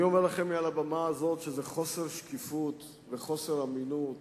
אני אומר לכם מעל הבמה הזאת שזה חוסר שקיפות וחוסר אמינות